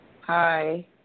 Hi